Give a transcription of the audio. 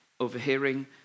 Overhearing